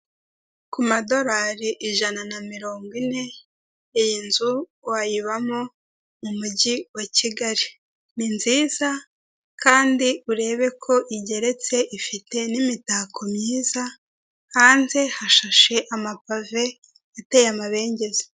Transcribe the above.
Kumadorari ijana na mirongo ine, iyi nzu wayibamo mumujyi wa Kigali. Ni nziza kandi urebe ko igeretse ifite n'imitako myiza, hanze hashashe amapave ateye amabengeza.